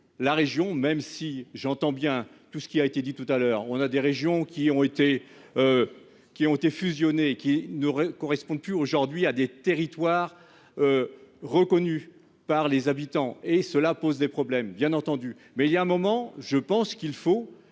la région même si j'entends bien tout ce qui a été dit tout à l'heure, on a des régions qui ont été. Qui ont été. Et qui ne correspondent plus, aujourd'hui à des territoires. Reconnus par les habitants et cela pose des problèmes bien entendu mais il y a un moment je pense qu'il faut